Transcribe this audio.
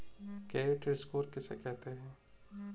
Credit score किसे कहते हैं?